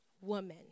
woman